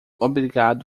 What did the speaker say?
obrigado